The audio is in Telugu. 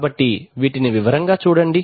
కాబట్టి వీటిని వివరంగా చూడండి